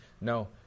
No